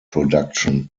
production